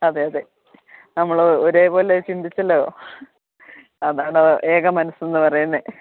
അതേ അതേ നമ്മള് ഒരേപോലെ ചിന്തിച്ചല്ലോ അതാണ് ഏക മനസെന്ന് പറയുന്നത്